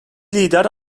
lider